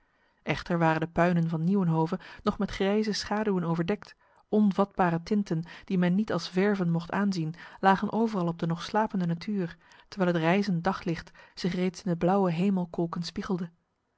echter waren de puinen van nieuwenhove nog met grijze schaduwen overdekt onvatbare tinten die men niet als verven mocht aanzien lagen overal op de nog slapende natuur terwijl het rijzend daglicht zich reeds in de blauwe hemelkolken spiegelde